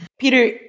Peter